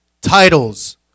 titles